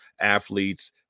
athletes